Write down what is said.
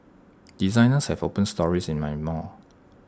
designers have opened stores in my mall